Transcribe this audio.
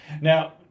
Now